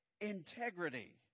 integrity